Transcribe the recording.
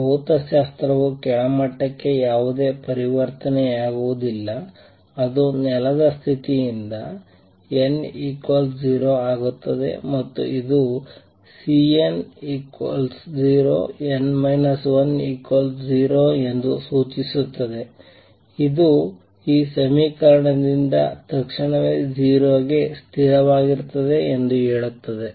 ಭೌತಶಾಸ್ತ್ರವು ಕೆಳಮಟ್ಟಕ್ಕೆ ಯಾವುದೇ ಪರಿವರ್ತನೆಯಾಗುವುದಿಲ್ಲ ಅದು ನೆಲದ ಸ್ಥಿತಿಯಿಂದ n 0 ಆಗುತ್ತದೆ ಮತ್ತು ಇದು Cn0n 10 ಎಂದು ಸೂಚಿಸುತ್ತದೆ ಇದು ಈ ಸಮೀಕರಣದಿಂದ ತಕ್ಷಣವೇ 0 ಗೆ ಸ್ಥಿರವಾಗಿರುತ್ತದೆ ಎಂದು ಹೇಳುತ್ತದೆ